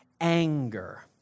anger